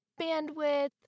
bandwidth